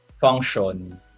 function